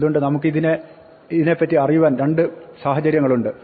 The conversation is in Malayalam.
അതുകൊണ്ട് നമുക്ക് ഇതിനെപ്പറ്റി അറിയുവാൻ രണ്ട് സാഹചര്യങ്ങളുണ്ട്